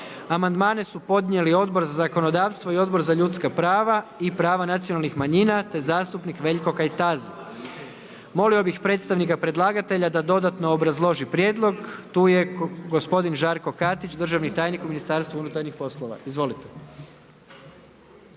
Amandmane su podnijeli Odbor za zakonodavstvo i Odbor za ljudska prava i prava nacionalnih manjina te zastupnik Veljko Kajtazi. Molio bih predstavnika predlagatelja da dodatno obrazloži prijedlog. Tu je gospodin Žarko Katić državni tajnik u MUP-u. Izvolite.